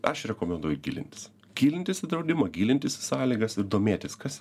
aš rekomenduoju gilintis gilintis į draudimą gilintis į sąlygas ir domėtis kas